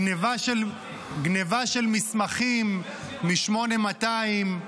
גנבה של מסמכים מ-8200.